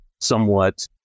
somewhat